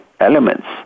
Elements